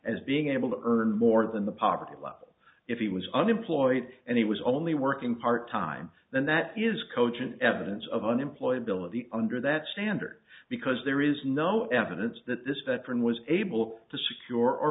as being able to earn more than the poverty level if he was unemployed and he was only working part time then that is cogent evidence of unemployability under that standard because there is no evidence that this veteran was able to secure or